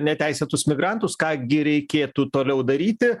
neteisėtus migrantus ką gi reikėtų toliau daryti